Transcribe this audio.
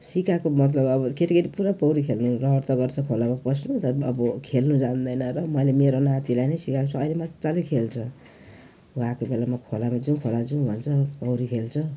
सिकाएको मतलब अब केटाकेटी पुरा पौडी खेल्ने रहर त गर्छ खोलामा पस्नु तर पनि अब खेल्नु जान्दैन र मैले मेरो नातिलाई नै सिकाएको छु अहिले मजाले खेल्छ आएको बेलामा खोलामा जाऊँ खोलामा जाऊँ भन्छ पौडी खेल्छ